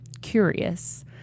Curious